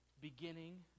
beginning